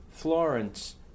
Florence